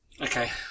Okay